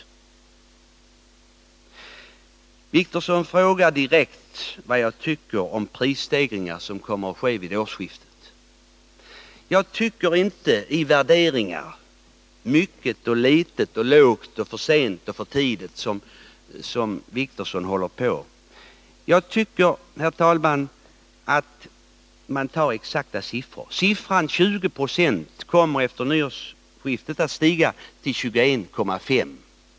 Åke Wictorsson frågar direkt vad jag tycker om de prisstegringar som kommer att ske vid årsskiftet. Jag tycker inte om värderingar som ”mycket”, ”litet”, ”lågt”, ”för sent” och ”för tidigt” som Åke Wictorsson håller på med. Jag tycker, herr talman, att man bör ta exakta siffror. Siffran 20 90 kommer efter årsskiftet att stiga till 21,5 70.